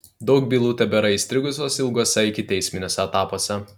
daug bylų tebėra įstrigusios ilguose ikiteisminiuose etapuose